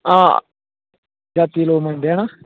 हां हर जाति दे लोक मनदे है ना